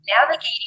Navigating